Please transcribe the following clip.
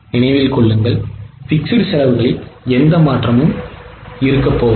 நினைவில் கொள்ளுங்கள் fixed செலவுகளில் எந்த மாற்றமும் இருக்கப்போவதில்லை